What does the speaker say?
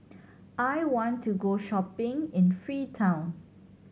I want to go shopping in Freetown